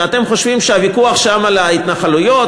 אתם חושבים שהוויכוח שם על ההתנחלויות,